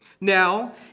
Now